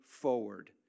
forward